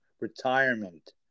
retirement